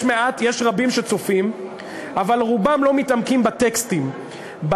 יש רבים שצופים אבל רובם לא מתעמקים בטקסטים,